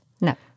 No